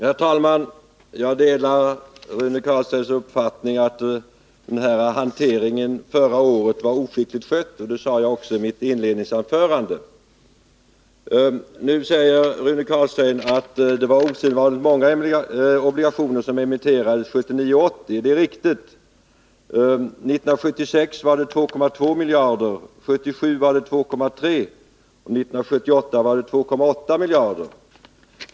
Herr talman! Jag delar Rune Carlsteins uppfattning att den här hanteringen förra året var oskickligt genomförd. Det sade jag också i mitt inledningsanförande. Nu säger Rune Carlstein att det var osedvanligt många obligationer som emitterades 1979 och 1980. Det är riktigt. År 1976 var det 2,2 miljarder. 1977 var det 2,3 och 1978 var det 2,8 miljarder.